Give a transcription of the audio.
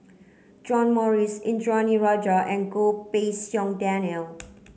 John Morrice Indranee Rajah and Goh Pei Siong Daniel